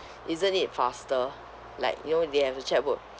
isn't it faster like you know they have the chequebook